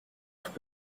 tout